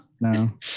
no